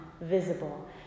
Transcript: visible